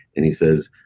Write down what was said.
and he says,